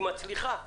היא מצליחה.